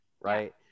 right